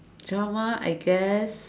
drama I guess